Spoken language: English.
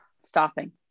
Stopping